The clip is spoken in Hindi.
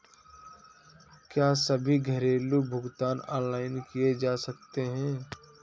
क्या सभी घरेलू भुगतान ऑनलाइन किए जा सकते हैं?